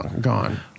gone